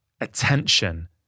attention